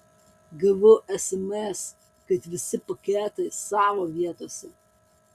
gavau sms kad visi paketai savo vietose